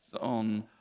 on